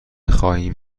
خواهیم